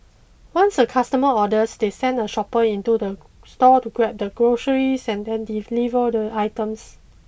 once a customer orders they send a shopper into the store to grab the groceries and then deliver the items